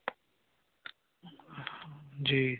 जी